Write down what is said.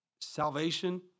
Salvation